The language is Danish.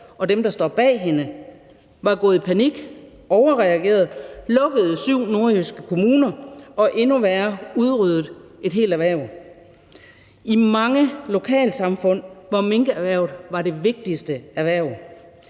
og dem, der står bag hende, var gået i panik, overreagerede, lukkede syv nordjyske kommuner og – endnu værre – udryddede et helt erhverv i mange lokalsamfund, hvor minkerhvervet var det vigtigste erhverv,